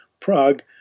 Prague